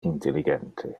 intelligente